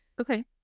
Okay